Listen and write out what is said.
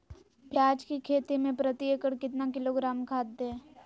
प्याज की खेती में प्रति एकड़ कितना किलोग्राम खाद दे?